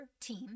team